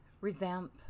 revamp